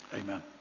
Amen